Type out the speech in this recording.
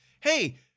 Hey